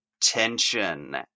tension